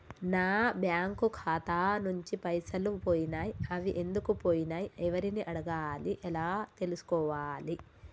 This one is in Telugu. నా బ్యాంకు ఖాతా నుంచి పైసలు పోయినయ్ అవి ఎందుకు పోయినయ్ ఎవరిని అడగాలి ఎలా తెలుసుకోవాలి?